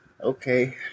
okay